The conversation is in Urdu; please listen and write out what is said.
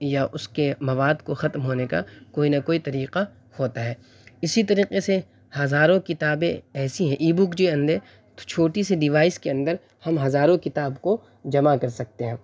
یا اس کے مواد کو ختم ہونے کا کوئی نہ کوئی طریقہ ہوتا ہے اسی طریقے سے ہزاروں کتابیں ایسی ہیں ای بک جی اندر چھوٹی سی ڈیوائس کے اندر ہم ہزاروں کتاب کو جمع کر سکتے ہیں